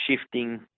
shifting